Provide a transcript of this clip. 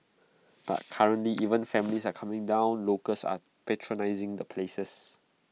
but currently even families are coming down locals are patronising the places